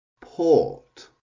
port